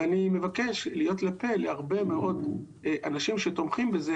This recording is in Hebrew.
ואני מבקש להיות לפה להרבה מאוד אנשים שתומכים בזה,